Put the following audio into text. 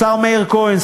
השר מאיר כהן,